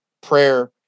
prayer